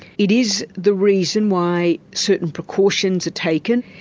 it is the reason why certain precautions are taken,